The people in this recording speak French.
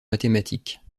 mathématiques